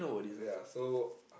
yeah so